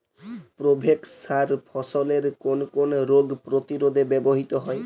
Provex সার ফসলের কোন কোন রোগ প্রতিরোধে ব্যবহৃত হয়?